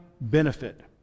benefit